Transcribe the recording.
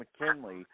McKinley